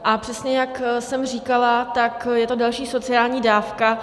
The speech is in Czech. A přesně jak jsem říkala, tak je to další sociální dávka.